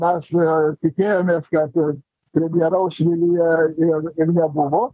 mes tikėjomės kad premjeraus vilija ir ir nebuvo